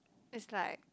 it's like